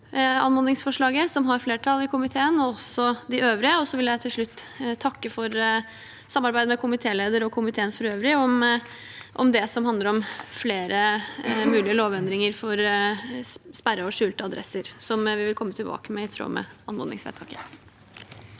anmodningsforslaget, som har flertall i komiteen, og også de øvrige. Til slutt vil jeg takke for samarbeidet med komitélederen og komiteen for øvrig om det som handler om flere mulige lovendringer for sperrede og skjulte adresser, som vi vil komme tilbake med i tråd med anmodningsvedtaket.